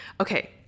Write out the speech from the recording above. okay